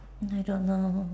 I don't know